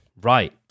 Right